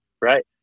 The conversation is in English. Right